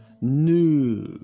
new